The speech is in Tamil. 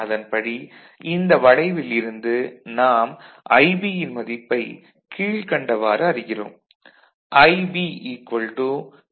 அதன்படி இந்த வளைவில் இருந்து நாம் IB யின் மதிப்பைக் கீழ்க்கண்டவாறு அறிகிறோம்